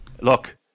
Look